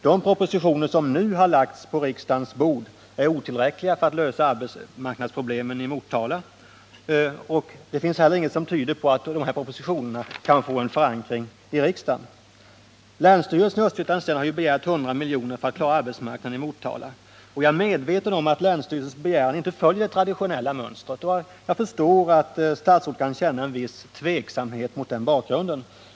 De propositioner som nu har lagts på riksdagens bord är otillräckliga när det gäller att lösa arbetsmarknadsproblemen i Motala. Det finns heller ingenting som tyder på att dessa propositioner kan få en förankring i riksdagen. Länsstyrelsen i Östergötlands län har ju begärt 100 milj.kr. för att klara arbetsmarknaden i Motala. Jag är medveten om att länsstyrelsens begäran inte följer det traditionella mönstret, och jag förstår att statsrådet kan känna en viss tveksamhet mot den bakgrunden.